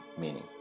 meaning